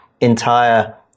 entire